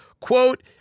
quote